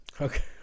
Okay